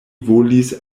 volis